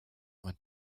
went